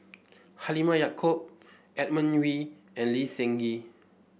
Halimah Yacob Edmund Wee and Lee Seng Gee